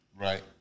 Right